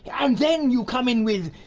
and then you come in with,